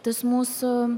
tas mūsų